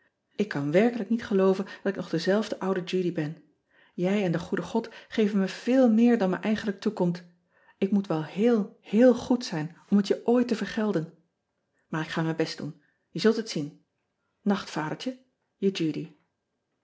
k kan werkelijk niet gelooven dat ik nog dezelfde oude udy ben ij en de goede ean ebster adertje angbeen od geven me veel meer dan me eigenlijk toekomt k moet wel heel heel goed zijn om het je ooit te vergelden aar ik ga mijn best doen e zult het zien acht